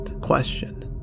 question